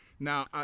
Now